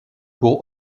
pour